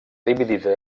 dividida